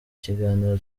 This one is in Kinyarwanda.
kiganiro